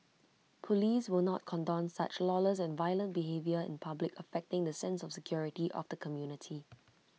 Police will not condone such lawless and violent behaviour in public affecting the sense of security of the community